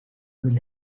will